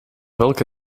welke